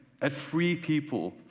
as free people,